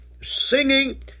singing